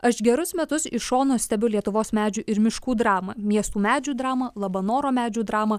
aš gerus metus iš šono stebiu lietuvos medžių ir miškų dramą miestų medžių dramą labanoro medžių dramą